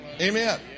Amen